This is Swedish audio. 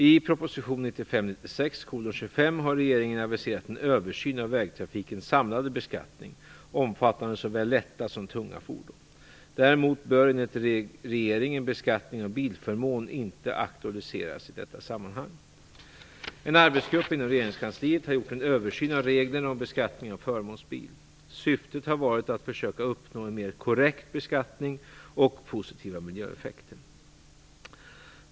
I tillväxtpropositionen har regeringen aviserat en översyn av vägtrafikens samlade beskattning omfattande såväl lätta som tunga fordon. Däremot bör enligt regeringen beskattning av bilförmån inte aktualiseras i detta sammanhang. En arbetsgrupp inom regeringskansliet har gjort en översyn av reglerna om beskattning av förmånsbil. Syftet har varit att försöka uppnå en mer korrekt beskattning och positiva miljöeffekter.